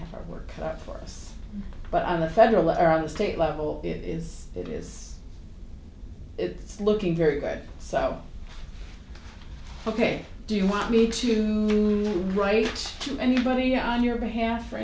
have our work for us but on the federal air on the state level it is it is it's looking very good so ok do you want me to write to anybody on your behalf or